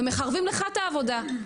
ומחרבים לך את העבודה.